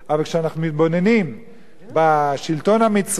אבל כשאנחנו מתבוננים בשלטון המצרי,